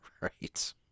Right